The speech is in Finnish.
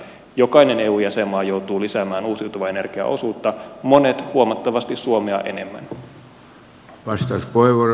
jokainen eun jäsenmaa joutuu lisäämään uusiutuvan energian osuutta monet huomattavasti suomea enemmän